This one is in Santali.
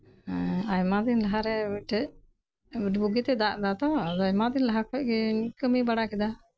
ᱟᱭᱢᱟᱫᱤᱱ ᱞᱟᱦᱟᱨᱮ ᱢᱤᱫᱴᱮᱡ ᱵᱚᱜᱤᱛᱮᱭ ᱫᱟᱜ ᱮᱫᱟᱛᱚ ᱟᱭᱢᱟᱫᱤᱱ ᱞᱟᱦᱟᱠᱷᱚᱡ ᱜᱤ ᱠᱟᱹᱢᱤ ᱵᱟᱲᱟᱠᱮᱫᱟ